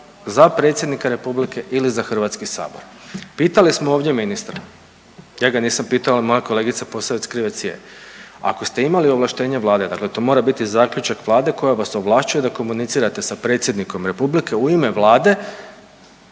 za Predsjednika Republike ili za Hrvatski sabor. Pitali smo ovdje ministra, ja ga nisam pitao, ali moja kolegica Posavec Krivec je, ako ste imali ovlaštenje Vlade, dakle to mora biti zaključak Vlade koja vas ovlašćuje da komunicirate sa Predsjednikom Republike u ime Vlade,